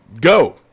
go